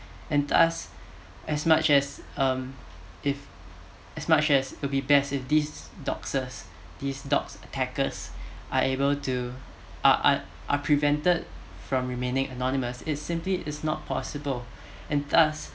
and thus as much as um if as much as it'll be best doxers this dox attackers are able to are are prevented from remaining anonymous it simply is not possible and thus